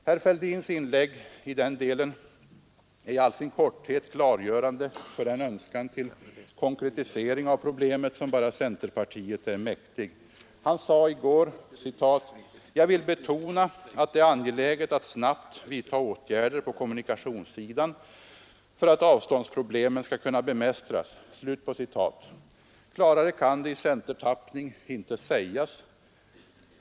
Herr Fälldins inlägg i den delen klargör i all sin korthet den önskan om konkretisering av problemet som bara centerpartiet är mäktigt. Han sade i går: ”Jag vill betona att det är angeläget att snabbt vidta åtgärder på kommunikationssidan för att avståndsproblemen skall kunna bemästras.” Klarare kan det i centertappning inte sägas.